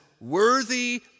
worthy